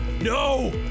No